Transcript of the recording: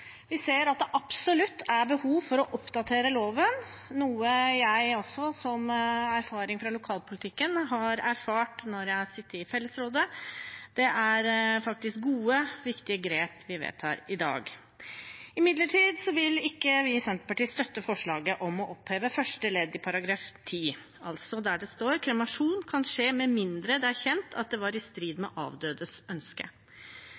Vi ser at det absolutt er behov for å oppdatere loven, noe jeg med erfaring fra lokalpolitikken har erfart når jeg har sittet i Fellesrådet. Det er gode, viktige grep vi vedtar i dag. Imidlertid vil ikke vi i Senterpartiet støtte forslaget om å oppheve første ledd i § 10, altså der det står: «Kremasjon kan skje med mindre det er kjent at det var i strid med avdødes ønske.»